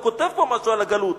כתוב פה משהו על הגלות,